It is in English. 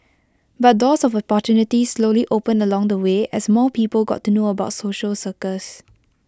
but doors of opportunities slowly opened along the way as more people got to know about social circus